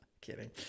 kidding